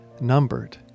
numbered